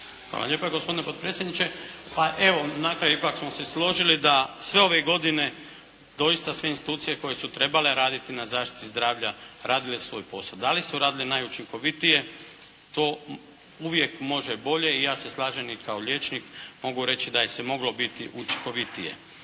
Hvala lijepa gospodine potpredsjedniče. Pa evo, na kraju ipak smo se složili da sve ove godine doista su institucije koje su trebale raditi na zaštiti zdravlja radile svoj posao. Da li su radile najučinkovitije to uvijek može bolje i ja se slažem i kao liječnik. Mogu reći da se je moglo biti učinkovitije.